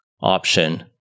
option